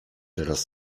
teraz